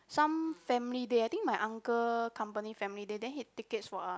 some family day I think my uncle company family day then he tickets for us